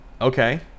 Okay